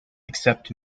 except